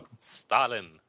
Stalin